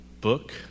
book